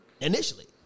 Initially